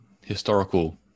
historical